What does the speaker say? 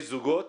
יש זוגות